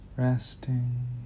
Resting